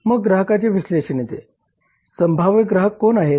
मग ग्राहकाचे विश्लेषण येते संभाव्य ग्राहक कोण आहेत